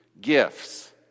gifts